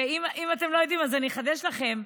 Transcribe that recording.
אם אתם לא יודעים, אז אני אחדש לכם.